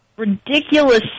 ridiculous